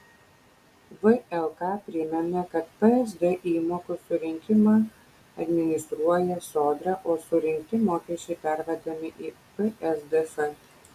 vlk primena kad psd įmokų surinkimą administruoja sodra o surinkti mokesčiai pervedami į psdf